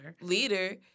leader